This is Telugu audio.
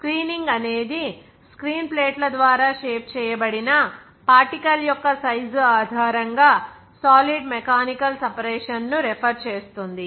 స్క్రీనింగ్ అనేది స్క్రీన్ ప్లేట్ల ద్వారా షేప్ చేయబడిన పార్టికల్ యొక్క సైజ్ ఆధారంగా సాలిడ్ మెకానికల్ సెపరేషన్ ను రెఫెర్ చేస్తుంది